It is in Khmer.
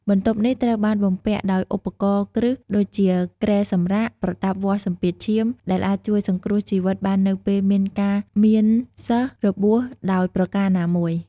បន្ទប់នេះត្រូវបានបំពាក់ដោយឧបករណ៍គ្រឹះដូចជាគ្រែសម្រាក ប្រដាប់វាស់សម្ពាធឈាម ដែលអាចជួយសង្គ្រោះជីវិតបាននៅពេលមានការមានសិស្សរបួសដោយប្រការណាមួយ។